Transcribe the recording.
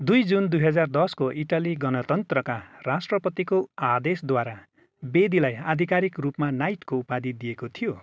दुई जुन दुई हजार दसको इटाली गणतन्त्रका राष्ट्रपतिको आदेशद्वारा बेदीलाई आधिकारिक रूपमा नाइटको उपाधि दिइएको थियो